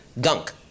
Gunk